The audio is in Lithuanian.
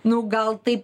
nu gal taip